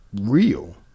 real